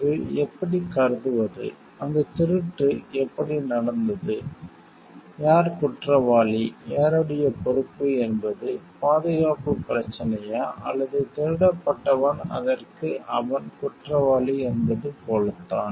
பிறகு எப்படிக் கருதுவது அந்தத் திருட்டு எப்படி நடந்தது யார் குற்றவாளி யாருடைய பொறுப்பு என்பது பாதுகாப்புப் பிரச்சனையா அல்லது திருடப்பட்டவன் அதற்கு அவன் குற்றவாளி என்பது போலத்தான்